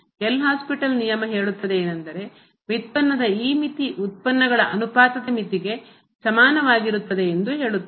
L Hospital ನಿಯಮ ಹೇಳುತ್ತದೆ ಏನೆಂದರೆ ವ್ಯುತ್ಪನ್ನ ದ ಈ ಮಿತಿ ಉತ್ಪನ್ನಗಳ ಅನುಪಾತದ ಮಿತಿಗೆ ಸಮಾನವಾಗಿರುತ್ತದೆ ಎಂದು ಹೇಳುತ್ತದೆ